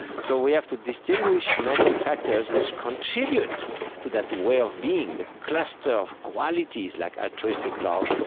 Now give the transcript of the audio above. so we have to distinguish mental factors which contribute to that way of being, the cluster of qualities like altruistic love,